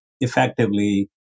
effectively